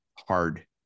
hard